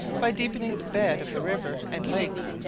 by deepening the bed of the river and lakes,